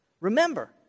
Remember